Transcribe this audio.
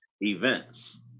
events